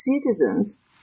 citizens